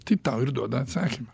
tai tau ir duoda atsakymą